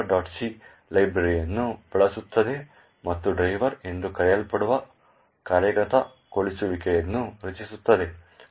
c ಈ ಲೈಬ್ರರಿಯನ್ನು ಬಳಸುತ್ತದೆ ಮತ್ತು ಡ್ರೈವರ್ ಎಂದು ಕರೆಯಲ್ಪಡುವ ಕಾರ್ಯಗತಗೊಳಿಸುವಿಕೆಯನ್ನು ರಚಿಸುತ್ತದೆ